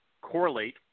correlate